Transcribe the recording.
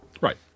Right